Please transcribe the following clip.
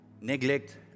neglect